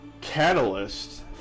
catalyst